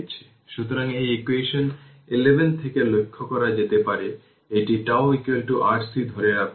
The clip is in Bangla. সুতরাং এটি ইকুয়েশন 11 থেকে লক্ষ্য করা যেতে পারে এটি τ RC ধরে রাখুন